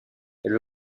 elle